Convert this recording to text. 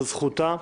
זאת זכותה,